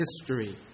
history